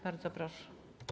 Bardzo proszę.